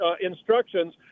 instructions